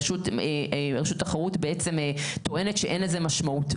רשות התחרות בעצם טוענת שאין לזה משמעות.